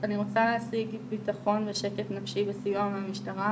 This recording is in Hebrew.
אני רוצה להשיג בטחון ושקט נפשי וסיוע מהמשטרה,